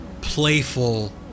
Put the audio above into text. playful